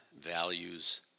values